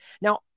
Now